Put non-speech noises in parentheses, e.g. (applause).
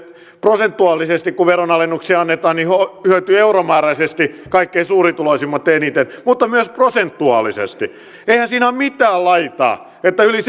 prosentuaalisesti veronalennuksia annetaan hyötyvät tästä hallituksen veropolitiikasta euromääräisesti kaikkein suurituloisimmat eniten mutta myös prosentuaalisesti eihän siinä ole mitään laitaa että yli (unintelligible)